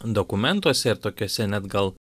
dokumentuose ir tokiuose net gal